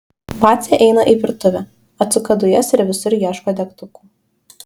vacė eina į virtuvę atsuka dujas ir visur ieško degtukų